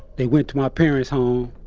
they went to my parents' home.